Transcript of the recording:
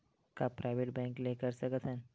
का private bank ले कर सकत हन?